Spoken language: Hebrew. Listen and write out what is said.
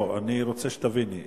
אני רוצה שתביני,